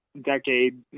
decade